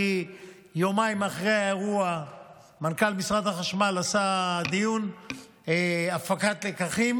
כי יומיים אחרי האירוע מנכ"ל משרד החשמל עשה דיון הפקת לקחים,